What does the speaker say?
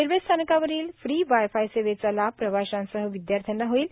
railway स्थानकावरील free wifi सेवेचा लाभ प्रवाश्यांसह विदयार्थ्यांना होईल